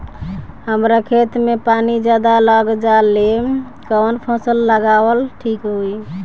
हमरा खेत में पानी ज्यादा लग जाले कवन फसल लगावल ठीक होई?